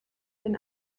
den